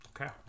Okay